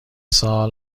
سال